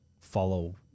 follow